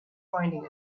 finding